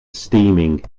steaming